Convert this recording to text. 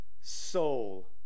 soul